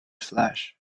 flash